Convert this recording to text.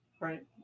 Right